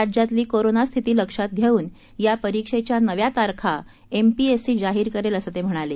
राज्यातली कोरोना स्थिती लक्षात धेऊन या परीक्षेच्या नव्या तारखा एमपीएससी जाहीर करेलं अस ते म्हणाले